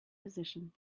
position